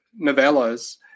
novellas